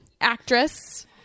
actress